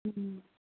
ꯎꯝ